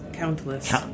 Countless